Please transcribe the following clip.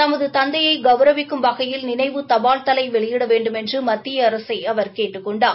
தனது தந்தையை கௌரவிக்கும் வகையில் நினைவு தபால்தலை வெளியிட வேண்டுமென்று மத்திய அரசை அவர் கேட்டுக் கொண்டார்